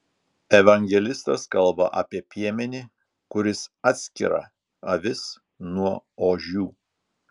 evangelistas kalba apie piemenį kuris atskira avis nuo ožių